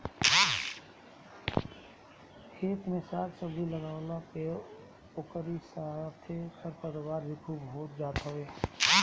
खेत में साग सब्जी लगवला पे ओकरी साथे खरपतवार भी खूब हो जात हवे